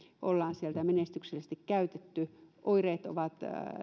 ollaan siellä menestyksellisesti käytetty oireet ovat